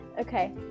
Okay